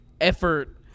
effort